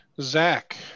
Zach